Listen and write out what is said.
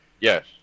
Yes